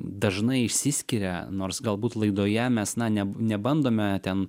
dažnai išsiskiria nors galbūt laidoje mes na ne nebandome ten